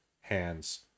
hands